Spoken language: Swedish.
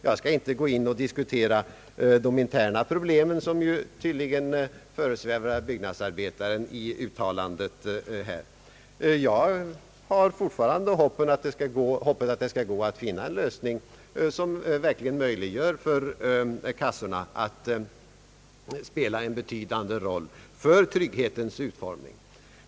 Jag skall inte gå in i en diskussion om de interna problem som tydligen föresvävar Byggnadsarbetaren i detta uttalande. Jag hyser fortfarande den förhoppningen att det skall gå att finna en lösning som verkligen gör det möjligt för kassorna att spela en betydande roll för trygghetens utformning.